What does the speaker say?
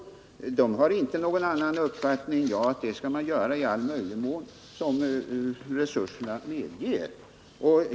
Kriminalvårdsstyrelsen har inte någon annan uppfattning än att man skall göra detta i all den mån som resurserna medger.